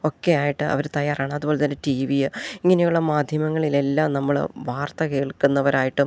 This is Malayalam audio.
ഒക്കെയായിയിട്ട് അവര് തയ്യാറാണ് അതുപോലെ തന്നെ ടീ വി ഇങ്ങനെയുള്ള മാധ്യമങ്ങളിലെല്ലാം നമ്മൾ വാർത്ത കേൾക്കുന്നവരായിട്ടും